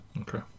Okay